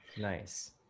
nice